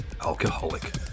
alcoholic